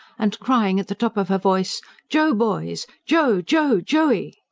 and crying at the top of her voice joe, boys joe, joe, joey!